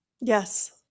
Yes